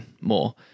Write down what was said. more